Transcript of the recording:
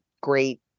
great